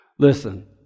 Listen